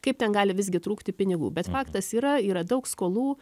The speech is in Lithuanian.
kaip ten gali visgi trūkti pinigų bet faktas yra yra daug skolų